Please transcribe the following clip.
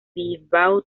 bilbao